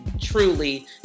truly